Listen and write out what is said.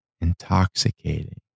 intoxicating